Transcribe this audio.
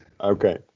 Okay